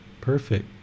perfect